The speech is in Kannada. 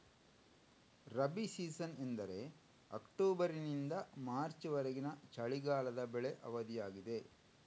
ರಬಿ ಸೀಸನ್ ಎಂದರೆ ಅಕ್ಟೋಬರಿನಿಂದ ಮಾರ್ಚ್ ವರೆಗಿನ ಚಳಿಗಾಲದ ಬೆಳೆ ಅವಧಿಯಾಗಿದೆ